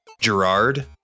Gerard